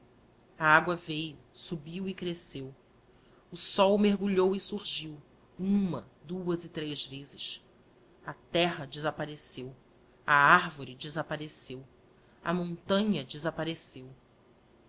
a agua veio subiu e cresceu o sol mergulhou e surgiu uma duas e três vezes a terra desappareceu a arvore desappareceu a montanha desappareceu